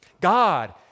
God